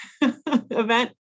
event